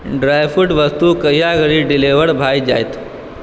dry fruit वस्तु कहिआ धरि डिलीवर भऽ जायत